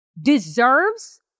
deserves